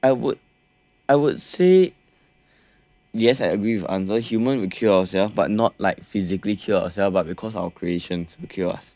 I would I would say yes I agree with answer humans would kill ourselves but not like physically kill ourselves but because our creations would kill us